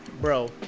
bro